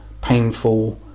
painful